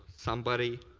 somebody,